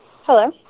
hello